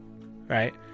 right